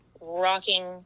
rocking